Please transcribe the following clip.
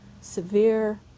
severe